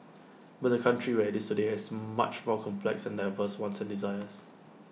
but the country where IT is today has much more complex and diverse wants and desires